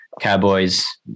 cowboys